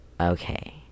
Okay